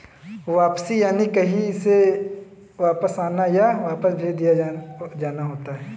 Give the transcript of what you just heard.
वापसी यानि कहीं से वापस आना, या वापस भेज दिया जाना होता है